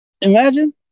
Imagine